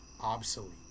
obsolete